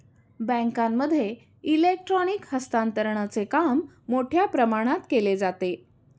बँकांमध्ये इलेक्ट्रॉनिक हस्तांतरणचे काम मोठ्या प्रमाणात केले जाते